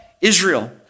Israel